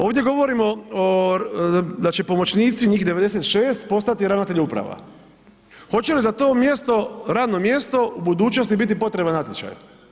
Ovdje govorimo znači pomoćnici njih 96 postati ravnatelji uprava, hoće li za to mjesto radno mjesto u budućnosti biti potrebe natječaj?